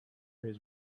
his